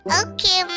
okay